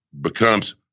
becomes